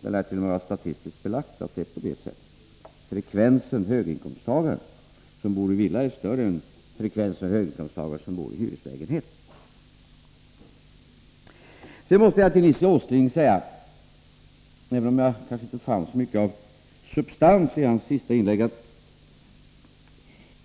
Det lärt.o.m. vara statistiskt belagt att det är på det sättet. Frekvensen höginkomsttagare som bor i villa är högre än frekvensen höginkomstagare som bor i hyreslägenhet. Sedan måste jag säga till Nils G. Åsling — även om jag inte fann så mycket av substans i hans senaste inlägg — att